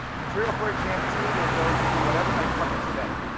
material for exam two will go through whatever i cover today.